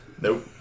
Nope